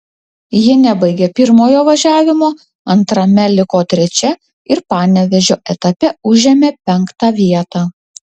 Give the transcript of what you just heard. ji nebaigė pirmojo važiavimo antrame liko trečia ir panevėžio etape užėmė penktą vietą